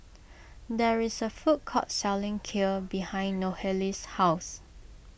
there is a food court selling Kheer behind Nohely's house